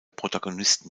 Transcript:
protagonisten